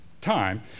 time